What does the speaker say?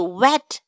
wet